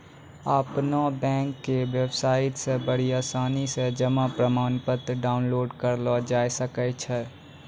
अपनो बैंको के बेबसाइटो से बड़ी आसानी से जमा प्रमाणपत्र डाउनलोड करलो जाय सकै छै